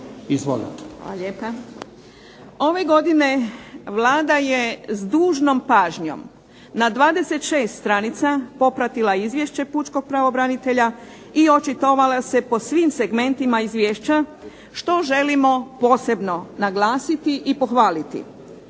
Ove godine Vlada je s dužnom pažnjom na 26 stranica popratila izvješće pučkog pravobranitelja i očitovala se po svim segmentima izvješća što želimo posebno naglasiti i pohvaliti.